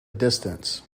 distance